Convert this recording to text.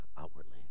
outwardly